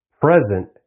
present